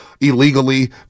illegally